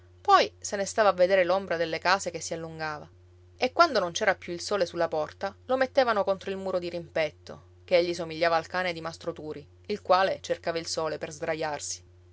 poi se ne stava a vedere l'ombra delle case che si allungava e quando non c'era più il sole sulla porta lo mettevano contro il muro dirimpetto ch'egli somigliava al cane di mastro turi il quale cercava il sole per sdraiarsi